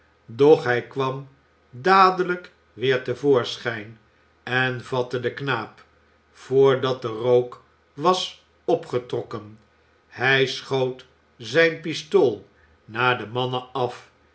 doch hij kwam dadelijk weer te voorschijn en vatte den knaap voordat de rook was opgetrokken hij schoot zijn pistool naar de mannen af